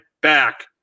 back